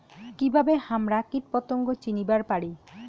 কিভাবে হামরা কীটপতঙ্গ চিনিবার পারি?